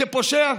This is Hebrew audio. פושע?